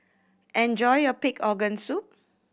enjoy your pig organ soup